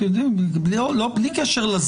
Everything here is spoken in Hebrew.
בלי קשר לזמן.